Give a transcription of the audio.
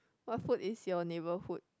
what food is your neighbourhood